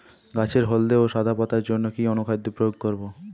গমের হলদে ও সাদা পাতার জন্য কি অনুখাদ্য প্রয়োগ করব?